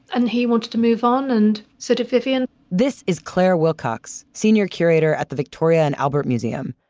and he wanted to move on, and so did vivienne this is claire wilcox, senior curator at the victoria and albert museum.